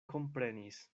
komprenis